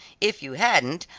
if you hadn't,